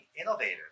innovative